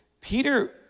Peter